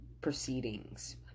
proceedings